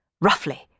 Roughly